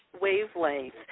wavelength